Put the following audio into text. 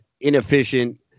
inefficient